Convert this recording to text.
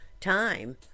time